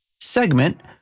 segment